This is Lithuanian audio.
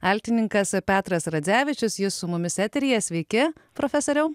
altininkas petras radzevičius jis su mumis eteryje sveiki profesoriau